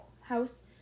house